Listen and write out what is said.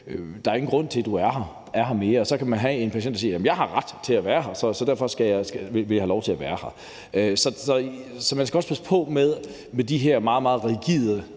der er ingen grund til, at du er her mere. Og så kan man have en patient, der siger: Jamen jeg har ret til at være her, så derfor vil jeg have lov til at være her. Så man skal også passe på med de her meget, meget rigide